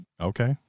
Okay